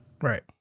Right